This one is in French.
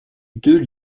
deux